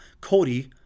Cody